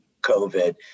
COVID